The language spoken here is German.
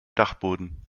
dachboden